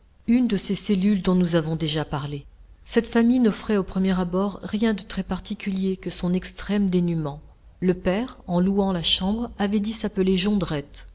une de ces cellules dont nous avons déjà parlé cette famille n'offrait au premier abord rien de très particulier que son extrême dénûment le père en louant la chambre avait dit s'appeler